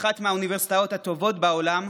אחת מהאוניברסיטאות הטובות בעולם,